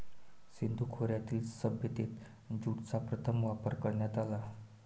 सिंधू खोऱ्यातील सभ्यतेत ज्यूटचा प्रथम वापर करण्यात आला